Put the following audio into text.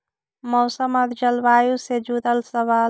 मौसम और जलवायु से जुड़ल सवाल?